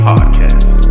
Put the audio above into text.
Podcast